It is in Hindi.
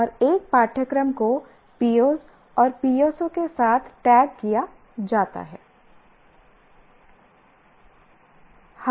और एक पाठ्यक्रम को POs और PSOs के साथ टैग किया जाता है